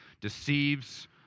deceives